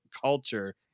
culture